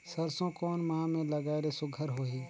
सरसो कोन माह मे लगाय ले सुघ्घर होही?